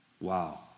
Wow